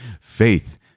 faith